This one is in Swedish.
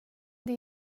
det